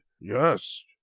yes